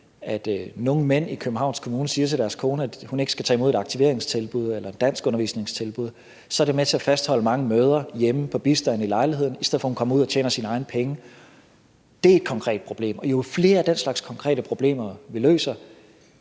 at nogle mænd i Københavns Kommune siger til deres koner, at de ikke skal tage imod et aktiveringstilbud eller et danskundervisningstilbud, så er det med til at fastholde mange mødre på bistand hjemme i lejligheden, i stedet for at de kommer ud og tjener deres egne penge. Det er et konkret problem, og jo flere af den slags konkrete problemer vi løser,